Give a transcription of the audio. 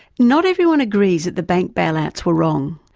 not everyone agree that the bank bailouts were wrong.